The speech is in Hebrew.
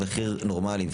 מחיר נורמלי,